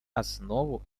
основу